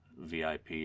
VIP